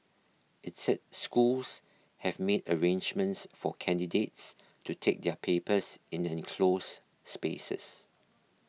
it said schools have made arrangements for candidates to take their papers in enclosed spaces